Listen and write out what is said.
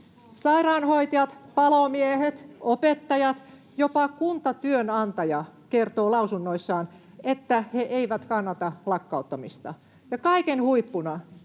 Sairaanhoitajat, palomiehet, opettajat ja jopa kuntatyönantaja kertovat lausunnoissaan, että he eivät kannata lakkauttamista.